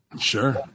Sure